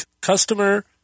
customer